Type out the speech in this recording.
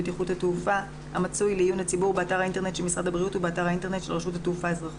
מתבצעת בחוץ לארץ וזה אמור לגבי כל טייסי